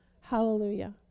Hallelujah